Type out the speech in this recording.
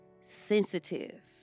sensitive